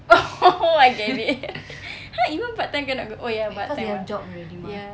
oh [ho] [ho] I get it !huh! even part-time cannot go oh ya part-time [what] ya